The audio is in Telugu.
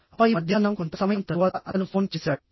ఆపై మధ్యాహ్నం కొంత సమయం తరువాత అతను ఫోన్ చేశాడు